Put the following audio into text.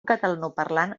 catalanoparlant